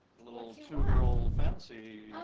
little two girl fantasy